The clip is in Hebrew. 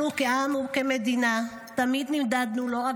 אנחנו כעם וכמדינה תמיד נמדדנו לא רק